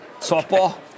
Softball